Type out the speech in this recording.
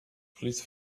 please